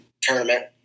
tournament